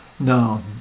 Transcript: No